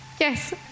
Yes